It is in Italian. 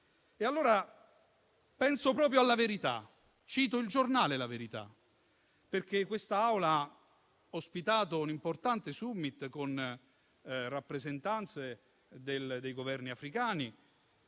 Penso proprio a "La Verità" e cito il giornale, perché quest'Aula ha ospitato un importante *summit*, con rappresentanze dei Governi africani.